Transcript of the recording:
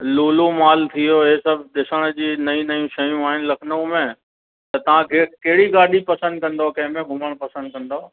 Lulu mall थी वियो इहे सभ ॾिसण जी नई नई शयूं आहिनि लखनऊ में त तव्हां के कहिड़ी गाॾी पसंदि कंदो कंहिंमें घुमणु पसंदि कंदो